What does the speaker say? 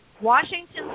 Washington